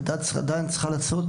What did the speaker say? ועדיין צריכה לעשות